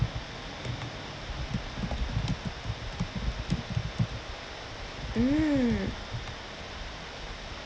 mm